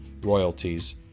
royalties